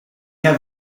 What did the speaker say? have